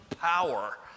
power